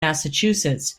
massachusetts